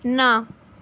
ਨਾ